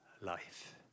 life